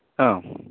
അ